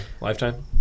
lifetime